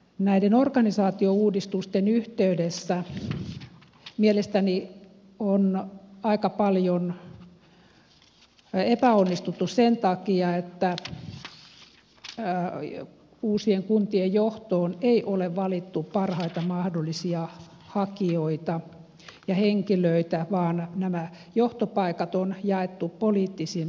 näiden organisaatiouudistusten yhteydessä mielestäni on aika paljon epäonnistuttu sen takia että uusien kun tien johtoon ei ole valittu parhaita mahdollisia henkilöitä vaan nämä johtopaikat on jaettu poliittisin perustein